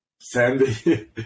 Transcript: Sandy